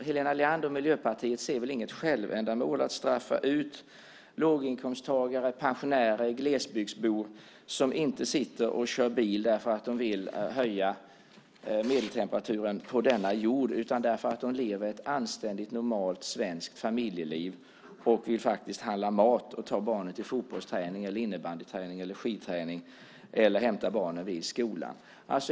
Helena Leander och Miljöpartiet ser väl inget självändamål i att straffa ut låginkomsttagare, pensionärer och glesbygdsbor som ju inte kör bil därför att de vill höja medeltemperaturen på vår jord utan därför att de lever ett anständigt normalt svenskt familjeliv. De vill faktiskt handla mat, ta sina barn till fotbollsträning, innebandyträning eller skidträning eller hämta sina barn vid skolan.